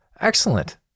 excellent